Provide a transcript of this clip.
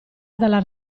dalla